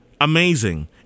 Amazing